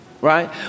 Right